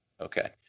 Okay